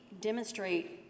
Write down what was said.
demonstrate